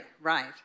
Right